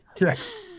Next